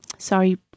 Sorry